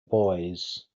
boys